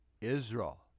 Israel